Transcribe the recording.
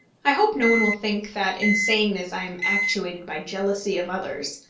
i hope no one will think that in saying this i am actuated by jealousy of others.